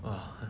!wah!